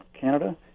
Canada